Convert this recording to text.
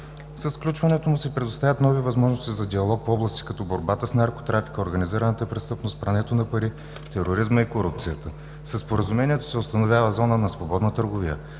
Със сключването му се предоставят нови възможности за диалог в области като борбата с наркотрафика, организираната престъпност, прането на пари, тероризма и корупцията. Със Споразумението се установява Зона за свободна търговия.